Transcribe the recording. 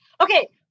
Okay